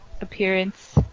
appearance